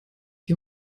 die